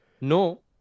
no